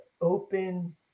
open